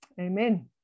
Amen